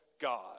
God